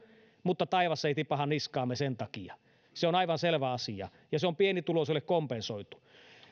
mutta taivas ei tipahda niskaamme sen takia se on aivan selvä asia ja se on pienituloiselle kompensoitu